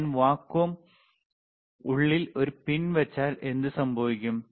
ഞാൻ വാക്വം ഉള്ളിൽ ഒരു പിൻ വച്ചാൽ എന്ത് സംഭവിക്കും